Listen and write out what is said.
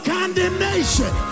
condemnation